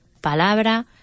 palabra